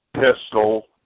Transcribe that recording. pistol